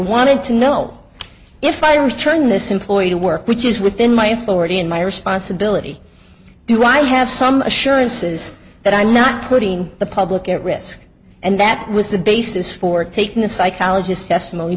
wanted to know if i return this employee to work which is within my authority and my responsibility do i have some assurances that i'm not putting the public at risk and that was the basis for taking the psychologist testimony